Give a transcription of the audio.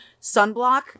sunblock